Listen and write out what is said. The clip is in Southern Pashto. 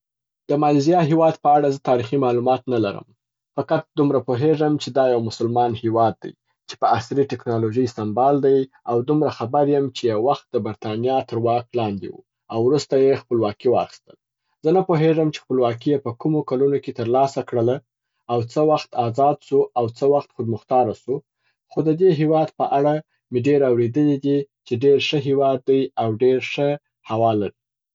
د مالیزیا هیواد په اړه زه تاریخي معلومات نه لرم. فقط دومره پوهیږم چې دا یو مسلمان هیواد دی چې په عصري ټکنالوژۍ سمبال دی او دومره خبر یم چې یو وخت د بریتانیا تر واک لاندي و او وروسته یې خپلواکي واخیستل. زه نه پوهیږم چې خپلوانکي یې په کومو کلونو کي تر لاسه کړله او څه وخت ازاد سو او څه وخت خودمختاره سو. خو د دې هیواد په اړه مي ډېر اوریدلي دي چې ډېر ښه هیواد دی او ډېر ښه هوا لري.